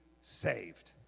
Saved